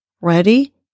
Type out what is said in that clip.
Ready